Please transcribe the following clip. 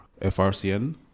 FRCN